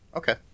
okay